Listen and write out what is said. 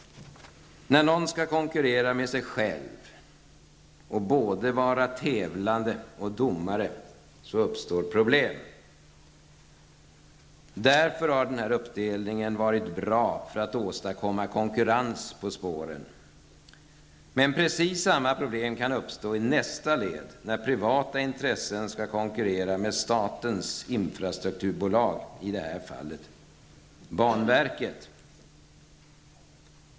När någon skall konkurrera med sig själv och vara både tävlande och domare uppstår problem. Därför har den här uppdelningen varit bra för att åstadkomma konkurrens på spåren. Men precis samma problem kan uppstå i nästa led, när privata intressen skall konkurrera med statens infrastrukturbolag, i det här fallet banverket.